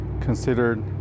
considered